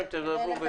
אתם תדברו בתורכם.